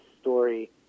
story